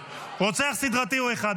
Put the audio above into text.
"רוצח סדרתי" רד מפה.